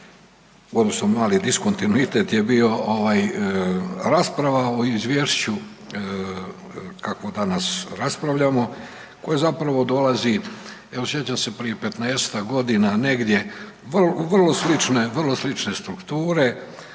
odnosno mali diskontinuitet je bio ovaj rasprava o izvješću kakvo danas raspravljamo koje zapravo dolazi, evo sjećam se prije 15-tak godina negdje, vrlo slične,